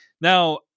Now